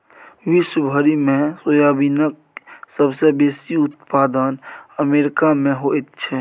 विश्व भरिमे सोयाबीनक सबसे बेसी उत्पादन अमेरिकामे होइत छै